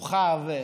בניסוחיו